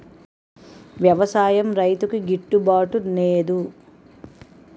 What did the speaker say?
వ్యవసాయం రైతుకి గిట్టు బాటునేదు